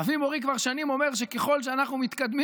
אבי מורי כבר שנים אומר שככל שאנחנו מתקדמים